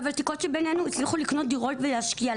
הוותיקות שבינינו הצליחו לקנות דירות ולהשקיע,